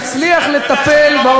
לא נצליח בכלום.